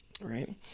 right